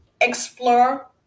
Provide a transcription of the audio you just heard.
explore